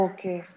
Okay